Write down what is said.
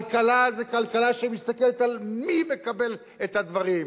כלכלה זו כלכלה שמסתכלת על מי מקבל את הדברים.